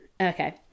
okay